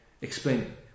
explain